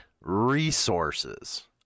resources